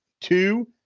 two